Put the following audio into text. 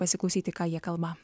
pasiklausyti ką jie kalba